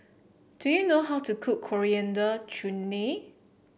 do you know how to cook Coriander Chutney